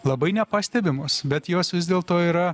labai nepastebimos bet jos vis dėlto yra